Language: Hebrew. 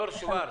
דור שוורץ.